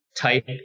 type